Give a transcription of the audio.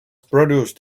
produced